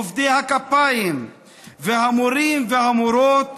עובדי הכפיים והמורים והמורות,